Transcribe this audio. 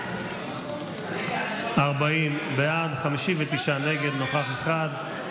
40 בעד, 59 נגד, נוכח אחד.